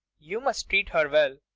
you must treat her well.